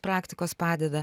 praktikos padeda